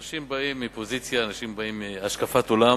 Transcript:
אנשים באים מפוזיציה, מהשקפת עולם,